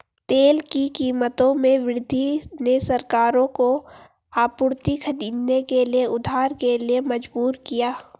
तेल की कीमतों में वृद्धि ने सरकारों को आपूर्ति खरीदने के लिए उधार के लिए मजबूर किया